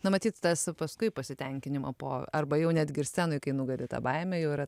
na matyt tas paskui pasitenkinimo po arba jau netgi ir scenoj kai nugali tą baimę jau yra